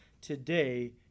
today